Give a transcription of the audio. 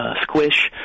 Squish